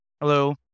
Hello